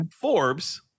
Forbes